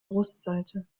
brustseite